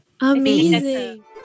amazing